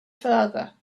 farther